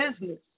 business